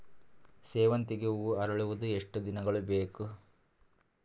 ಸೇವಂತಿಗೆ ಹೂವು ಅರಳುವುದು ಎಷ್ಟು ದಿನಗಳು ಬೇಕು?